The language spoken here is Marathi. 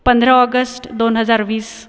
पंधरा ऑगस्ट दोन हजार वीस